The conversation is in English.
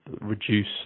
reduce